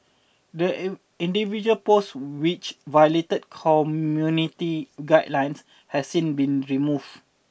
the individual posts which violated community guidelines have since been removed